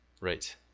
Right